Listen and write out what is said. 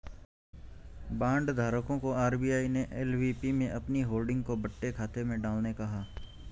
bond धारकों को RBI ने एल.वी.बी में अपनी होल्डिंग को बट्टे खाते में डालने कहा